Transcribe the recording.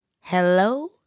Hello